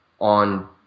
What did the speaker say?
on